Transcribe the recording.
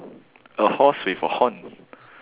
a horse with a horn